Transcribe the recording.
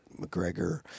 McGregor